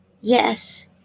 yes